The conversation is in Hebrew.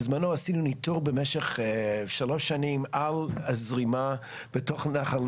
בזמנו עשינו ניתור במשך שלוש שנים על הזרימה בתוך נחל,